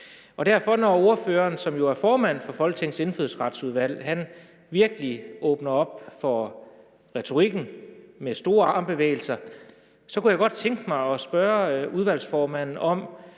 problem. Når ordføreren, som er formand for Folketingets Indfødsretsudvalg, så virkelig åbner op for retorikken med store armbevægelser, kunne jeg godt tænke mig at spørge udvalgsformanden om